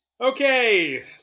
okay